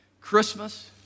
Christmas